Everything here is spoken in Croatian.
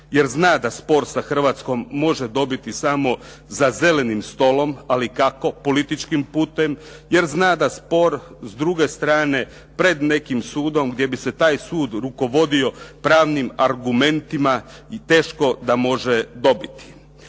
jer zna da spor sa Hrvatskom može dobiti samo za zelenim stolom, ali kako, političkim putem jer zna da spor s druge strane pred nekim sudom gdje bi se taj sud rukovodio pravnima argumentima i teško da može dobiti.